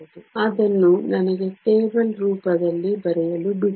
Refer Slide Time 3039 ಅದನ್ನು ನನಗೆ table ರೂಪದಲ್ಲಿ ಬರೆಯಲು ಬಿಡಿ